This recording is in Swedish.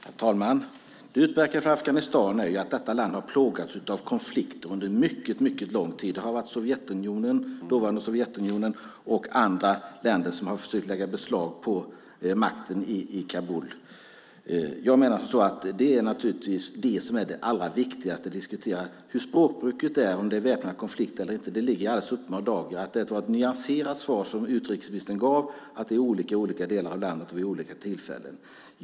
Herr talman! Det utmärkande för Afghanistan är att detta land har plågats av konflikter under mycket lång tid. Det har varit dåvarande Sovjetunionen och andra länder som har försökt lägga beslag på makten i Kabul. Jag menar att det är det som är det allra viktigaste att diskutera. När det gäller hur språkbruket är, om det är väpnad konflikt eller inte, ligger det i uppenbar dager att det var ett nyanserat svar som utrikesministern gav att det är olika i olika delar av landet och vid olika tillfällen.